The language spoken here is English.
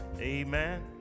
amen